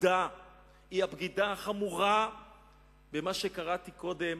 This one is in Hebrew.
הבגידה החמורה במה שקראתי קודם,